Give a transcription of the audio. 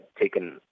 taken